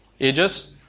ages